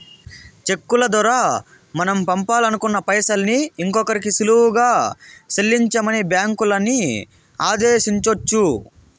చెక్కుల దోరా మనం పంపాలనుకున్న పైసల్ని ఇంకోరికి సులువుగా సెల్లించమని బ్యాంకులని ఆదేశించొచ్చు